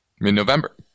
mid-November